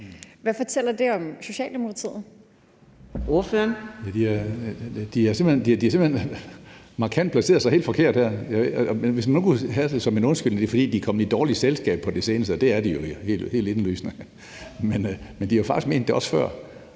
hvad fortæller det om Socialdemokratiet?